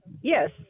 Yes